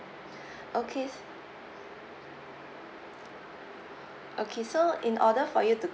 okay s~ okay so in order for you to